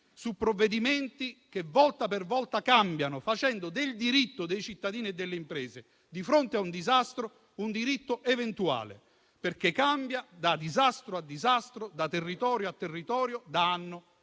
su provvedimenti che, volta per volta, cambiano, facendo del diritto dei cittadini e delle imprese di fronte a un disastro un diritto eventuale, perché cambia da disastro a disastro, da territorio a territorio, di anno